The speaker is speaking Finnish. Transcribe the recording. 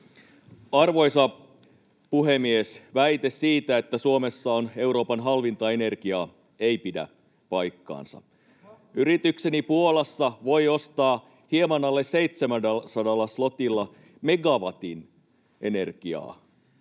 Arvoisa puhemies! Väite siitä, että Suomessa on Euroopan halvinta energiaa, ei pidä paikkaansa. Yritykseni Puolassa voi ostaa hieman alle 700 zlotylla megawatin energiaa.